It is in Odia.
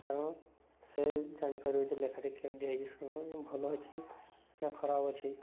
କାରଣ ସେ ଜାଣିପାରିବେ ଯେ ଲେଖାଟି କେମିତି ହୋଇଛି ଭଲ ଅଛି ନା ଖରାପ ଅଛି